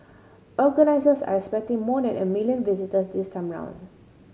organisers are expecting more than a million visitors this time round